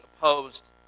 opposed